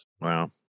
Wow